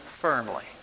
firmly